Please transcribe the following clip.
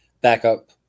backup